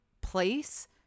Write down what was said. place